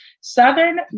Southern